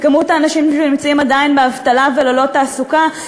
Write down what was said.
מכמות האנשים שעדיין נמצאים באבטלה וללא תעסוקה,